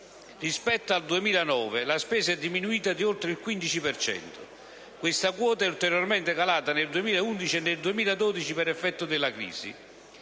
Rispetto al 2009, la spesa è diminuita di oltre il 15 per cento. Questa quota è ulteriormente calata nel 2011 e nel 2012 per effetto della crisi.